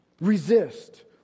Resist